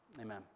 Amen